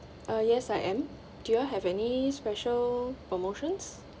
uh yes I am do you have any special promotions